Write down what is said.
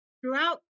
throughout